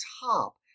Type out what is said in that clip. top